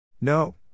No